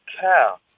cow